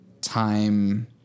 time